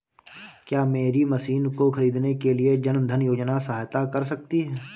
क्या मेरी मशीन को ख़रीदने के लिए जन धन योजना सहायता कर सकती है?